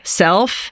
self